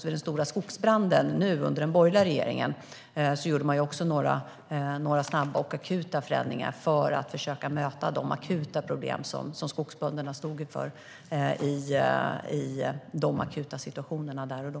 Vid den stora skogsbranden under den borgerliga regeringen gjorde man också några snabba och akuta förändringar för att försöka möta de akuta problem som skogsbönderna stod inför i de akuta situationerna där och då.